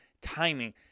Timing